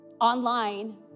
online